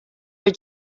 were